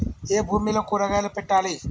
ఏ భూమిలో కూరగాయలు పెట్టాలి?